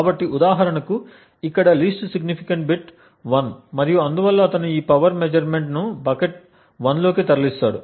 కాబట్టి ఉదాహరణకు ఇక్కడ లీస్ట్ సిగ్నిఫికెంట్ బిట్ 1 మరియు అందువల్ల అతను ఈ పవర్ మెజర్మెంట్ను బకెట్ 1 లోకి తరలిస్తాడు